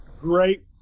great